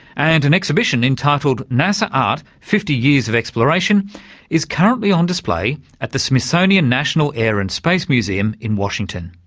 and an exhibition entitled nasa art fifty years of exploration is currently on display at the smithsonian national air and space museum in washington.